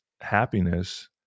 happiness